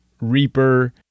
Reaper